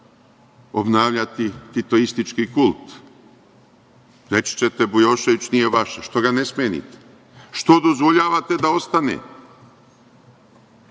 obnavljati titoistički kult? Reći ćete – Bujošević nije vaš. Što ga ne smenite? Što dozvoljavate da ostane?